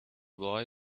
boy